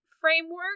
framework